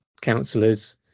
councillors